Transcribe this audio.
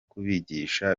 kubigisha